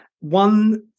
One